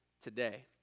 today